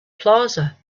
plaza